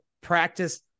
practice